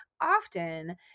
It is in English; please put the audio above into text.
often